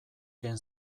ken